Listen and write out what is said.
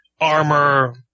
armor